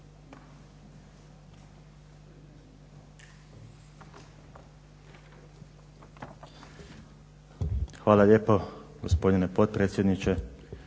Hvala lijepo gospodine potpredsjedniče.